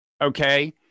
okay